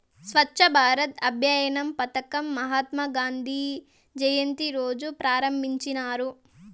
స్వచ్ఛ భారత్ అభియాన్ పదకం మహాత్మా గాంధీ జయంతి రోజా ప్రారంభించినారు